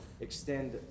extend